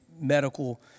medical